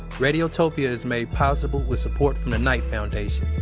radiotopia is made possible with support from the knight foundation.